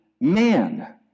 man